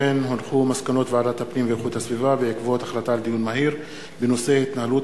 מסקנות ועדת הפנים והגנת הסביבה בעקבות דיון מהיר בנושא: התנהלות